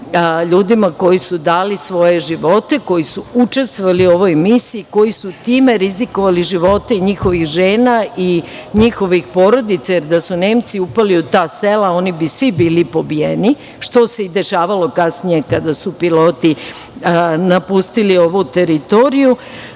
ljudima koji su dali svoje živote, koji su učestvovali u ovoj misiji, koji su time rizikovali živote i njihovih žena i njihovih porodica, jer da su Nemci upali u ta sela oni bi svi bili pobijeni, što se i dešavalo kasnije kada su piloti napustili ovu teritoriju,